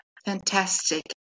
Fantastic